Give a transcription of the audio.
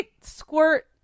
squirt